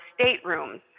staterooms